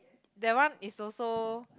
that one is also